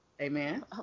Amen